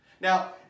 Now